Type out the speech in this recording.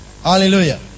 Hallelujah